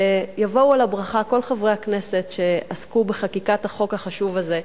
ויבואו על הברכה כל חברי הכנסת שעסקו בחקיקת החוק החשוב הזה.